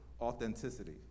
authenticity